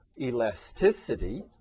elasticity